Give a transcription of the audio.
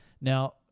Now